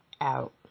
out